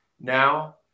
now